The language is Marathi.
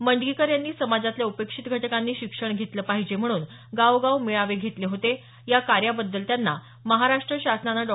मंडगीकर यांनी समाजातल्या उपेक्षित घटकांनी शिक्षण घेतलं पाहिजे म्हणून गावोगाव मेळावे घेतले होते या कार्याबदल त्यांना महाराष्ट्र शासनाने डॉ